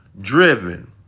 driven